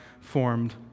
formed